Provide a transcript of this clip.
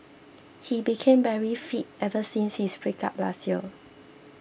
he became very fit ever since his breakup last year